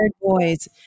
boys